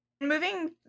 Moving